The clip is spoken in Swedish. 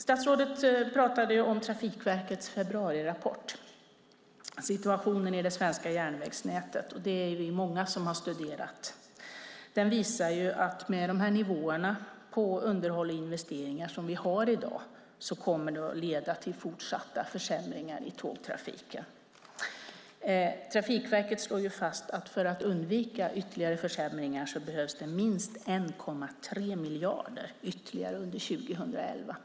Statsrådet pratade om Trafikverkets februarirapport, Situationen i det svenska järnvägsnätet . Vi är många som har studerat den. Den visar att de nivåer på underhåll och investeringar som vi har i dag kommer att leda till fortsatta försämringar i tågtrafiken. Trafikverket slår fast att det för att undvika ytterligare försämringar behövs minst 1,3 miljarder till under 2011.